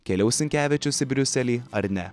keliaus sinkevičius į briuselį ar ne